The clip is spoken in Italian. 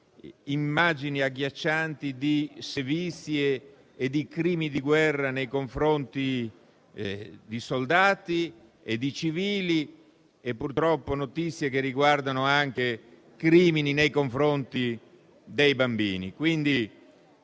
immagini agghiaccianti di sevizie e di crimini di guerra nei confronti di soldati e di civili. Ci sono purtroppo notizie che riguardano anche crimini nei confronti dei bambini.